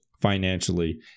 financially